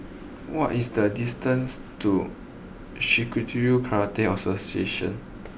what is the distance to Shitoryu Karate Association